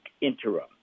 interim